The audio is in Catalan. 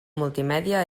multimèdia